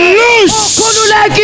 loose